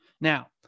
Now